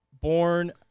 Born